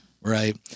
Right